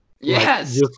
Yes